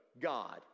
God